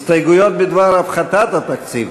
הסתייגויות בדבר הפחתת התקציב,